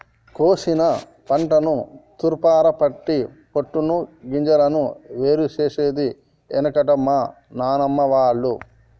కోశిన పంటను తూర్పారపట్టి పొట్టును గింజలను వేరు చేసేది ఎనుకట మా నానమ్మ వాళ్లు